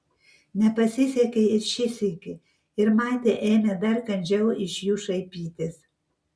nepasisekė ir šį sykį ir matė ėmė dar kandžiau iš jų šaipytis